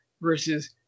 versus